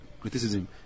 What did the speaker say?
criticism